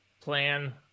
plan